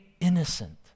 innocent